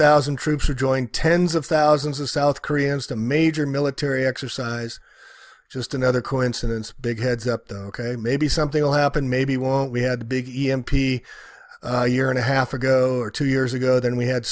thousand troops are joining tens of thousands of south koreans to major military exercise just another coincidence big heads up ok maybe something will happen maybe won't we had a big e m p a year and a half ago or two years ago then we had